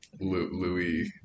louis